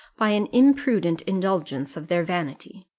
by an imprudent indulgence of their vanity.